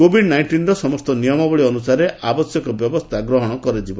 covid ନାଇଷ୍ଟିନ୍ର ସମସ୍ତ ନିୟମାବଳୀ ଅନୁସାରେ ଆବଶ୍ୟକ ବ୍ୟବସ୍ଥା ଗ୍ରହଣ କରାଯିବ